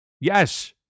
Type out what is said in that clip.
Yes